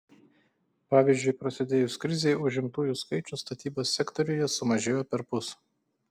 pavyzdžiui prasidėjus krizei užimtųjų skaičius statybos sektoriuje sumažėjo perpus